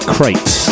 Crates